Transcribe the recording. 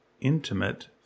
intimate